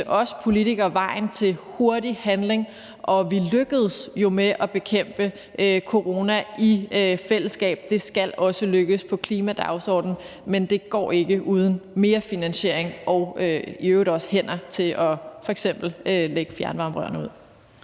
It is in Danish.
os politikere vejen til hurtig handling. Vi lykkedes jo med at bekæmpe corona i fællesskab. Det skal også lykkes i forhold til klimadagsordenen. Men det går ikke uden mere finansiering og øvrigt også hænder til f.eks. at lægge fjernvarmerørene ud.